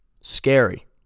Scary